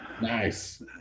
Nice